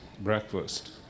breakfast